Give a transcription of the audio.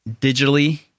digitally